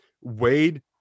Wade